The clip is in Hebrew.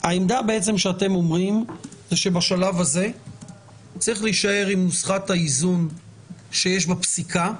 העמדה שאתם אומרים שבשלב הזה צריך להישאר עם נוסחת האיזון שיש בפסיקה,